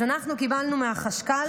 אז אנחנו קיבלנו מהחשכ"ל